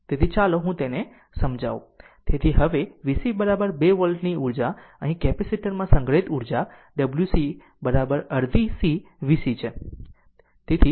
તેથી ચાલો હું તેને સમજાવું તેથી જ હવે vc 2 વોલ્ટ ની ઉર્જા અહીં કેપેસિટર માં સંગ્રહિત ઊર્જા wc અડધી c vc છે